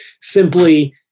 Simply